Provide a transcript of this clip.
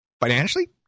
Financially